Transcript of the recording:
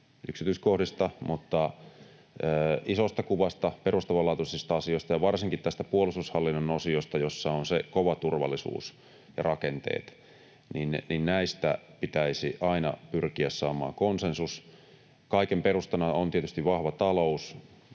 yksityiskohdista, mutta isosta kuvasta, perustavanlaatuisista asioista ja varsinkin tästä puolustushallinnon osiosta, jossa on se kova turvallisuus ja rakenteet, pitäisi aina pyrkiä saamaan konsensus. Kaiken perustana on tietysti vahva talous.